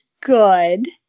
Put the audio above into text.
good